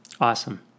Awesome